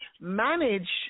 manage